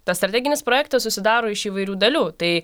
tas strateginis projektas susidaro iš įvairių dalių tai